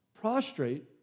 prostrate